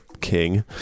king